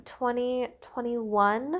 2021